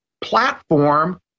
platform